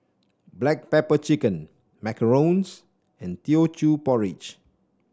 Black Pepper Chicken Macarons and Teochew Porridge